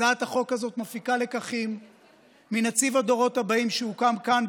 הצעת החוק הזאת מפיקה לקחים מנציב הדורות הבאים שהוקם כאן,